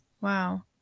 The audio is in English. Wow